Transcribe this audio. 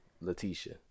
Letitia